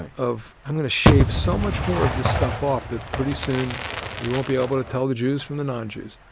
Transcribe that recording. and of i'm gonna shave so much more of this stuff off that pretty soon you won't be able to tell the jews from the non-jews.